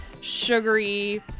sugary